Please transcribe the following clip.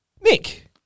nick